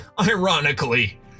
ironically